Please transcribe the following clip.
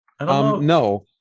No